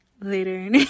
later